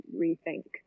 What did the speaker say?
rethink